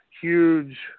huge